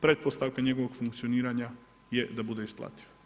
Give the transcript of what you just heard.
Pretpostavka njegovog funkcioniranja je da bude isplativa.